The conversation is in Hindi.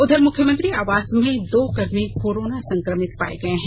उधर मुख्यमंत्री आवास में दो कर्मी कोरोना संक्रमित पाए गए हैं